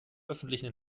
öffentlichen